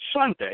Sunday